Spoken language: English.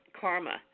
karma